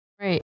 Right